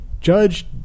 judge